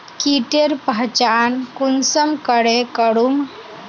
कीटेर पहचान कुंसम करे करूम?